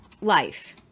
life